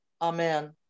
Amen